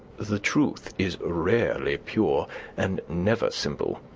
the truth is rarely pure and never simple.